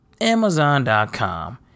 Amazon.com